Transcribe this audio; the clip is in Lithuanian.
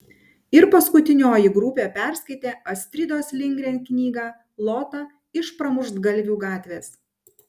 ir paskutinioji grupė perskaitė astridos lindgren knygą lota iš pramuštgalvių gatvės